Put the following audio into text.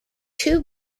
two